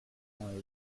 oil